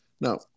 Now